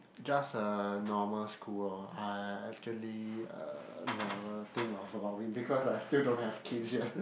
just a normal school lor I actually uh never think of about it because I still don't have kids yet